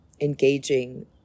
engaging